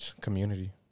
Community